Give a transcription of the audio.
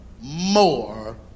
more